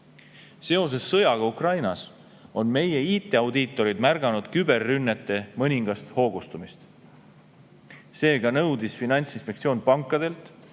Seoses sõjaga Ukrainas on meie IT‑audiitorid märganud küberrünnete mõningast hoogustumist. Seega nõudis Finantsinspektsioon pankadelt,